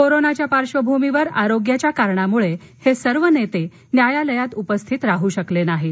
कोरोनाच्या पार्श्वभूमीवर आरोग्याच्या कारणामुळे हे सर्व नेते न्यायालयात उपस्थित राह शकले नाहीत